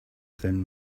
then